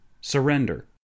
surrender